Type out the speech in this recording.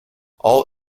all